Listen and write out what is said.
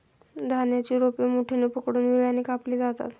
धान्याची रोपे मुठीने पकडून विळ्याने कापली जातात